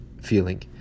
feeling